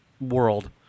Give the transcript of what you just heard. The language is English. world